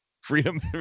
Freedom